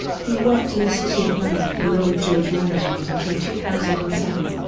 he worked in the city of london for lloyd george management until two thousand and seven,